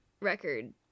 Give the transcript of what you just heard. record